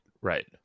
right